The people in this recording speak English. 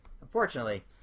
Unfortunately